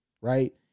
right